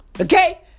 Okay